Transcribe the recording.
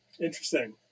Interesting